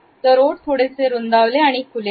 तर ओठ थोडेसे रुंदावले आणि खुले आहेत